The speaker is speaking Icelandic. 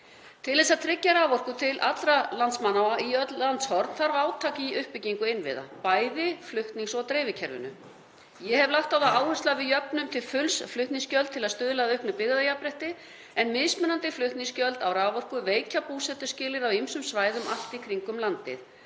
Til þess að tryggja raforku til allra landsmanna og í öll landshorn þarf átak í uppbyggingu innviða, bæði í flutnings- og dreifikerfinu. Ég hef lagt á það áherslu að við jöfnum til fulls flutningsgjöld til að stuðla að auknu byggðajafnrétti en mismunandi flutningsgjöld á raforku veikja búsetuskilyrði á ýmsum svæðum allt í kringum landið.